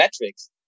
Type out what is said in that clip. metrics